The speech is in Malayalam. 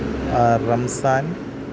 റംസാന്